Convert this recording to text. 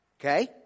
Okay